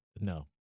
No